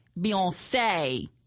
Beyonce